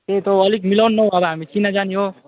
त्यही त अलिक मिलाउनु न हो अब हामी चिनाजानी हो